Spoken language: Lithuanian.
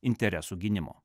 interesų gynimo